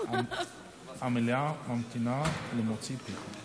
המליאה ממתינה למוצא פיך.